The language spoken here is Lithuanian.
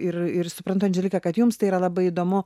ir ir suprantu andželiką kad jums tai yra labai įdomu